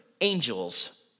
angels